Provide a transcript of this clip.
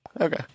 Okay